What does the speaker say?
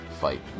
fight